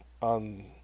on